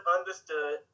understood